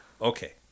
Okay